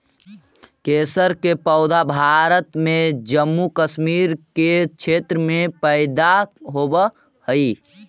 केसर के पौधा भारत में जम्मू कश्मीर के क्षेत्र में पैदा होवऽ हई